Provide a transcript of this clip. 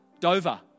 Dover